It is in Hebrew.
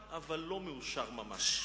אבל לא מאושר ממש.